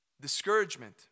Discouragement